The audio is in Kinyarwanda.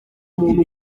umuntu